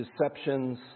deceptions